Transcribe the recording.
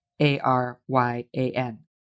A-R-Y-A-N